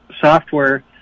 software